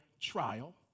trial